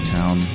town